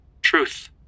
Truth